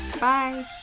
Bye